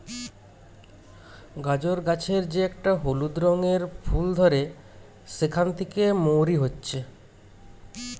গাজর গাছের যে একটা হলুদ রঙের ফুল ধরে সেখান থিকে মৌরি হচ্ছে